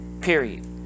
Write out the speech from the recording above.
period